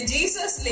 Jesus